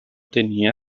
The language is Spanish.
tenía